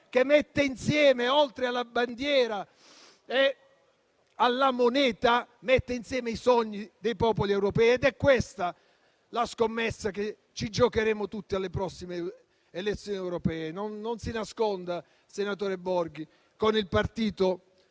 che mette insieme, oltre alla bandiera ed alla moneta, i sogni dei popoli europei. È questa la scommessa che ci giocheremo tutti alle prossime elezioni europee. Non si nasconda, senatore Borghi, con il partito più